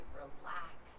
relax